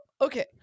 okay